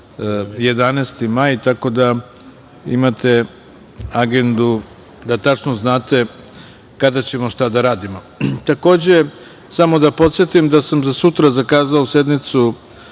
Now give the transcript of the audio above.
11. maj, tako da imate agendu, da tačno znate kada ćemo šta da radimo. Takođe, samo da podsetim da sam za sutra zakazao sastanak